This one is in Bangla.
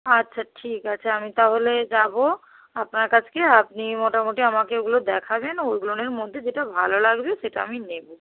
আচ্ছা ঠিক আছে আমি তাহলে যাবো আপনার কাছকে আপনি মোটামুটি আমাকে ওগুলো দেখাবেন ওইগুলোনের মধ্যে যেটা ভালো লাগবে সেটা আমি নেবো